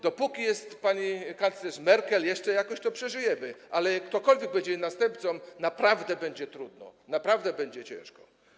Dopóki jest pani kanclerz Merkel, jeszcze jakoś to przeżyjemy, ale gdy ktokolwiek będzie następcą, naprawdę będzie trudno, naprawdę będzie ciężko.